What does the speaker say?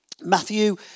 Matthew